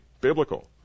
Biblical